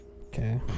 okay